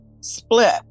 split